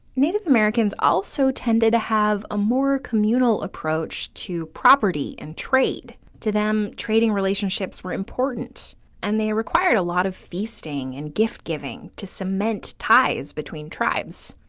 native americans also tended to have a more communal approach to property and trade. to them, trading relationship were important and they require a lot of feasting and gift giving to cement ties between tribes.